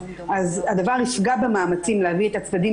הדבר יפגע במאמצים להביא את הצדדים